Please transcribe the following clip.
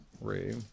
Ray